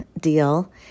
deal